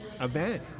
event